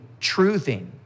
truthing